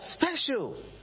special